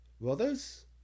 brothers